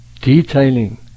detailing